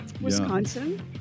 Wisconsin